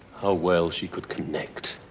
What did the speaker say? ah well she could connect.